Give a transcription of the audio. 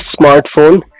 smartphone